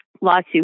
lawsuit